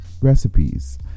recipes